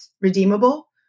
redeemable